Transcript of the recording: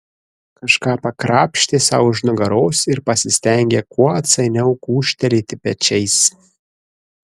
kažką pakrapštė sau už nugaros ir pasistengė kuo atsainiau gūžtelėti pečiais